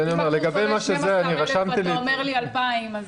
אם הקורס עולה 12,000 ואתה אומר לי 2,000 אז